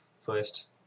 first